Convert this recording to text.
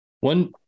One